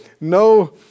No